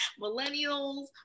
millennials